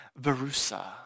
Verusa